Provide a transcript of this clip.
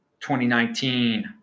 2019